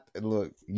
Look